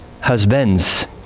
husbands